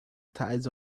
tides